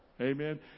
Amen